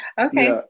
okay